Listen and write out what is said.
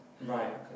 Right